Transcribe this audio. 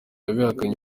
yabihakanye